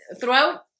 throughout